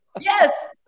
Yes